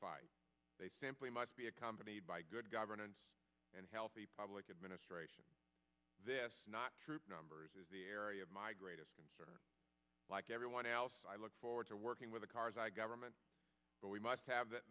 fight they simply must be accompanied by good governance and healthy public administration this not troop numbers is the area of my greatest concern like everyone else i look forward to working with the karzai government but we must have the